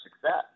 success